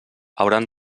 hauran